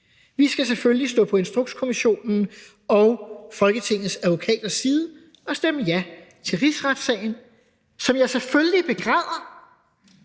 Vi skal selvfølgelig stå på Instrukskommissionens og Folketingets advokaters side og stemme ja til en rigsretssag, som jeg selvfølgelig begræder.